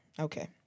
okay